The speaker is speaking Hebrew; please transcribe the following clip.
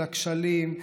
על הכשלים,